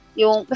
yung